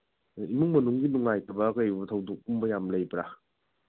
ꯏꯃꯨꯡ ꯃꯅꯨꯡꯒꯤ ꯅꯨꯡꯉꯥꯏꯇꯕ ꯀꯩꯒꯨꯝꯕ ꯊꯧꯗꯣꯛꯀꯨꯝꯕ ꯌꯥꯝ ꯂꯩꯕ꯭ꯔꯥ